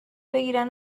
بگیرن